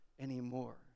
anymore